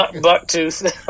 Buck-tooth